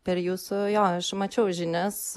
per jūsų jo aš mačiau žinias